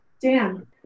Dan